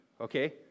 okay